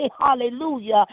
Hallelujah